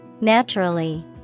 Naturally